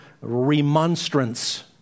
remonstrance